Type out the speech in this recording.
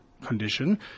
condition